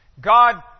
God